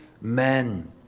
men